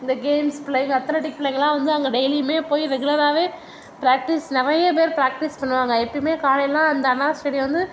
இந்த games athletic பிள்ளைங்களாம் வந்து அங்கே டெய்லியுமே போய் ரெகுலராகவே ப்ராக்ட்டிஸ் நிறைய பேர் ப்ராக்ட்டிஸ் பண்ணுவாங்க எப்பேயுமே காலையெலாம் அந்த அண்ணா ஸ்டேடியம் வந்து